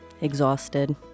exhausted